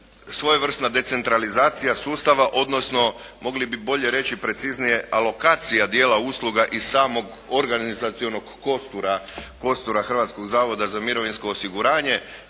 svojevrsna decentralizacija sustava odnosno mogli bi bolje reći preciznije alokacija dijela usluga iz samog organizacionog kostura Hrvatskog zavoda za mirovinsko osiguranje.